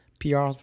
pr